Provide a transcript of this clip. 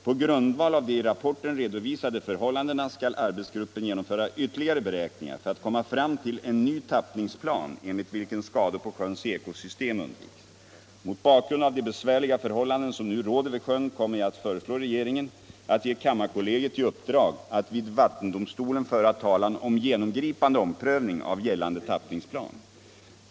På grundval av de i rapporten redovisade förhållandena skall arbetsgruppen genomföra ytterligare beräkningar för att komma fram till en ny tappningsplan enligt vilken skador på sjöns ekosystem undviks. Mot bakgrund av de besvärliga förhållanden som nu råder vid sjön kommer jag att föreslå regeringen att ge kammarkollegiet i uppdrag att vid vattendomstolen föra talan om genomgripande omprövning av gällande tappningsplan.